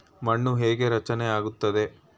ಮಣ್ಣು ಹೇಗೆ ರಚನೆ ಆಗುತ್ತದೆ?